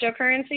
cryptocurrency